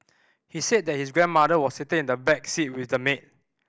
he said that his grandmother was sitting in the back seat with the maid